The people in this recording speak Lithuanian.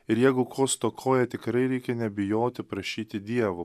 ir jeigu ko stokoja tikrai reikia nebijoti prašyti dievo